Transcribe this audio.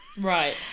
right